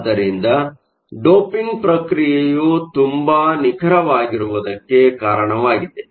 ಆದ್ದರಿಂದ ಡೋಪಿಂಗ್ ಪ್ರಕ್ರಿಯೆಯು ತುಂಬ ನಿಖರವಾಗಿರುವುದಕ್ಕೆ ಕಾರಣವಾಗಿದೆ